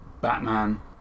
Batman